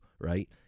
right